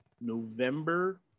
November